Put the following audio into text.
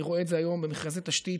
אני רואה את זה היום במכרזי תשתית: